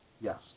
Yes